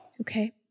Okay